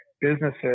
businesses